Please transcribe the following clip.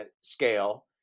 scale